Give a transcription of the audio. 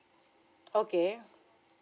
okay